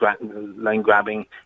line-grabbing